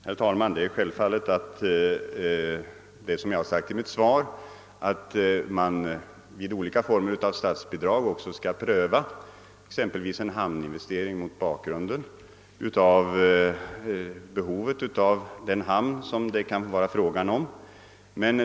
Herr talman! Det är självklart, att man vid statsbidrag via AMS, exempelvis till en hamninvestering, också skall pröva saken mot bakgrunden av behovet av den hamn det är fråga om.